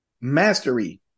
mastery